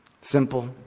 Simple